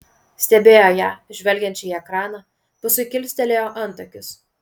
stebėjo ją žvelgiančią į ekraną paskui kilstelėjo antakius